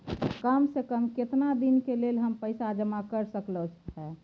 काम से कम केतना दिन के लेल हम पैसा जमा कर सकलौं हैं?